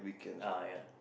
ya ya